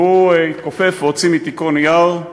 והוא התכופף והוציא מתיקו נייר,